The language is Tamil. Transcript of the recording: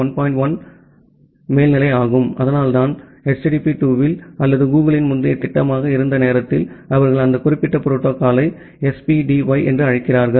1 க்கான மேல்நிலை ஆகும் அதனால்தான் HTTP 2 இல் அல்லது கூகிளின் முந்தைய திட்டமாக இருந்த நேரத்தில் அவர்கள் அந்த குறிப்பிட்ட புரோட்டோகால்யை SPDY என்று அழைக்கிறார்கள்